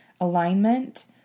alignment